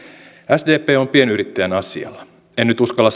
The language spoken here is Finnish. sdp on pienyrittäjän asialla en nyt uskalla